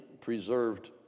preserved